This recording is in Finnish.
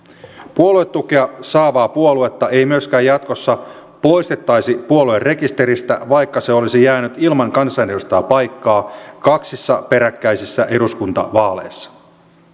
puoluetukea saavaa puoluetta ei myöskään jatkossa poistettaisi puoluerekisteristä vaikka se olisi jäänyt ilman kansanedustajapaikkaa kaksissa peräkkäisissä eduskuntavaaleissa